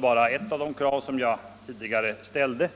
bara ett av de krav jag ställde.